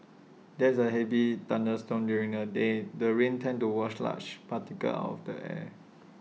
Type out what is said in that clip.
there's A heavy thunderstorm during the day the rains tends to wash large particles out of the air